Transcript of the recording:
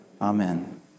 Amen